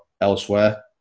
elsewhere